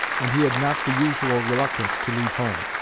and he had not the usual reluctance to leave home.